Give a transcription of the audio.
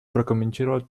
прокомментировать